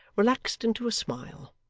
relaxed into a smile.